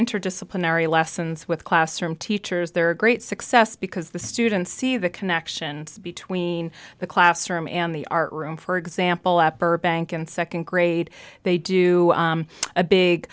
interdisciplinary lessons with classroom teachers they're a great success because the students see the connection between the classroom and the art room for example at burbank in second grade they do a big